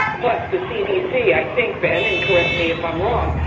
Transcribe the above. plus, the cdc, i think, ben, and correct me if i'm wrong,